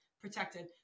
protected